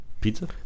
Pizza